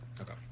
Okay